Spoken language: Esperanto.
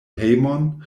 hejmon